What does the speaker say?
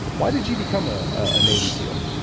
why did you become a ah navy seal?